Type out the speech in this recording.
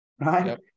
right